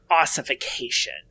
ossification